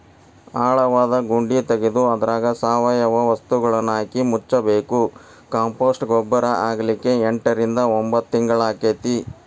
ಆಳವಾದ ಗುಂಡಿ ತಗದು ಅದ್ರಾಗ ಸಾವಯವ ವಸ್ತುಗಳನ್ನಹಾಕಿ ಮುಚ್ಚಬೇಕು, ಕಾಂಪೋಸ್ಟ್ ಗೊಬ್ಬರ ಆಗ್ಲಿಕ್ಕೆ ಎಂಟರಿಂದ ಒಂಭತ್ ತಿಂಗಳಾಕ್ಕೆತಿ